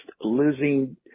losing